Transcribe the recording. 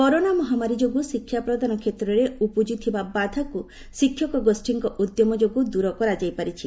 corona ମହାମାରୀ ଯୋଗୁଁ ଶିକ୍ଷାପ୍ରଦାନ କ୍ଷେତ୍ରରେ ଉପୁଜିଥିବା ବାଧାକୁ ଶିକ୍ଷକ ଗୋଷ୍ଠୀଙ୍କ ଉଦ୍ୟମ ଯୋଗୁଁ ଦୂର କରାଯାଇପାରିଛି